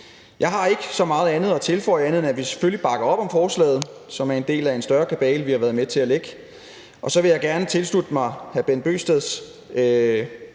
Jeg har ikke så meget andet at tilføje, end at vi selvfølgelig bakker op om forslaget, som er en del af en større kabale, vi har været med til at lægge. Så vil jeg gerne tilslutte mig hr. Bent Bøgsteds